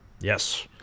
Yes